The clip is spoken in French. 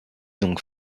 donc